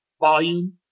volume